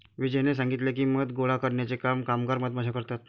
विजयने सांगितले की, मध गोळा करण्याचे काम कामगार मधमाश्या करतात